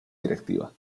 directiva